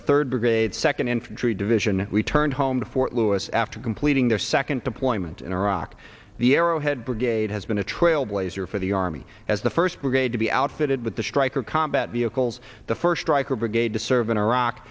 the third brigade second infantry division returned home to fort lewis after completing their second deployment in iraq the arrowhead brigade has been a trailblazer for the army as the first brigade to be outfitted with the stryker combat vehicles the first stryker brigade to serve in iraq